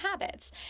habits